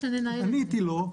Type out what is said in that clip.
עניתי לו: